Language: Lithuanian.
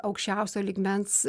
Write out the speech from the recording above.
aukščiausio lygmens